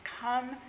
come